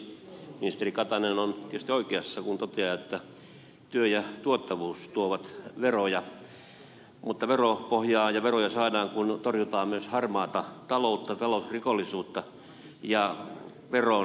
ministeri katainen on tietysti oikeassa kun hän toteaa että työ ja tuottavuus tuovat veroja mutta veropohjaa ja veroja saadaan myös kun torjutaan harmaata taloutta ta lousrikollisuutta ja veronkiertoa